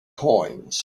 coins